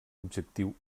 objectiu